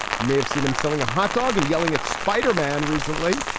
you may have seen him selling a hot dog and yelling at spiderman recently.